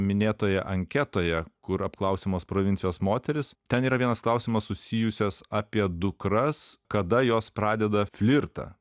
minėtoje anketoje kur apklausiamos provincijos moterys ten yra vienas klausimas susijusias apie dukras kada jos pradeda flirtą